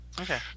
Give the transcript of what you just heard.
Okay